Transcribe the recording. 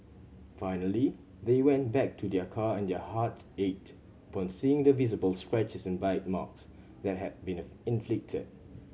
finally they went back to their car and their hearts ached upon seeing the visible scratches and bite marks that had been inflicted